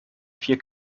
vier